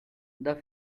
the